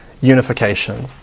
unification